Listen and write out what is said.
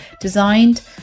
designed